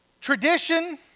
tradition